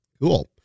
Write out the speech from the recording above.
Cool